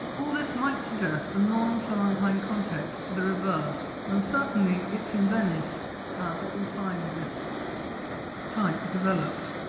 all this might suggest a non-florentine context to the reverse, and certainly it's in venice that we find this type developed.